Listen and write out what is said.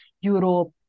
Europe